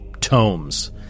tomes